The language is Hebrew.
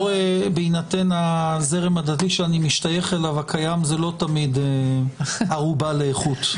-- בהינתן הזרם הדתי שאני משתייך אליו הקיים זה לא תמיד ערובה לאיכות.